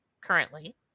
currently